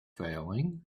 failing